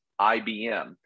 IBM